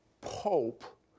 pope